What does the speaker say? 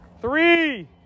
three